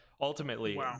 ultimately